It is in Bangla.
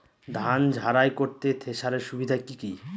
ধান ঝারাই করতে থেসারের সুবিধা কি কি?